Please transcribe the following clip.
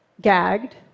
gagged